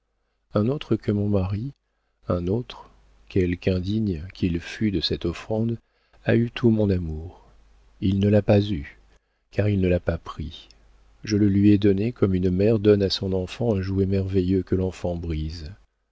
un autre que mon mari un autre quelque indigne qu'il fût de cette offrande a eu tout mon amour il ne l'a pas eu car il ne l'a pas pris je le lui ai donné comme une mère donne à son enfant un jouet merveilleux que l'enfant brise